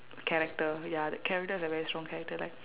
character ya that character is a very strong character like